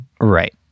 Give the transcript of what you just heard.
Right